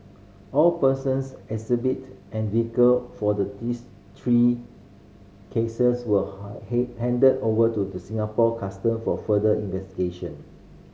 all persons exhibit and vehicle for the this three cases were handed over to the Singapore Custom for further